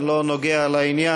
אני לא נוגע בעניין,